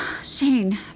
Shane